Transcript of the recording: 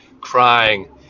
crying